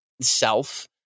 self